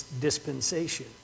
dispensation